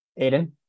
Aiden